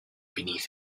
beneath